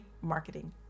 marketing